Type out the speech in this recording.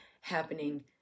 happening